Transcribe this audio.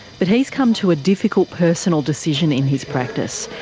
but he's come to a difficult personal decision in his practice,